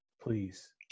please